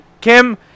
Kim